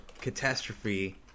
catastrophe